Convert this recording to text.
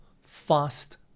fast